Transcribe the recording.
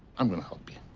i'm gonna help you.